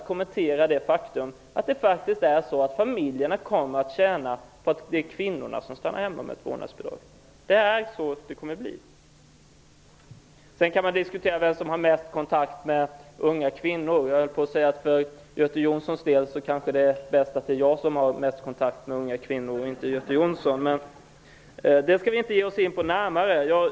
Alla de som annars brukar tala så mycket om ekonomi, och som har gjort det även nu under debatten, vägrar att kommentera detta faktum. Sedan kan man diskutera vem som har mest kontakt med unga kvinnor. För Göte Jonssons del kanske det är bäst att det är jag som har mest kontakt med unga kvinnor. Det skall vi dock inte ge oss in på närmare.